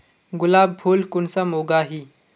गुलाब फुल कुंसम उगाही?